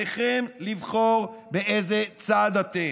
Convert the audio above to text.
עליכם לבחור באיזה צד אתם.